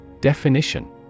Definition